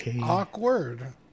Awkward